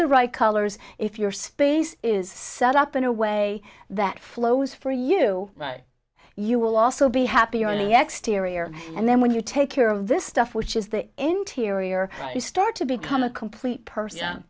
the right colors if your space is set up in a way that flows for you you will also be happier only exteriors and then when you take care of this stuff which is the interior you start to become a complete person